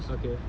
okay